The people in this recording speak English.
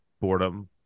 boredom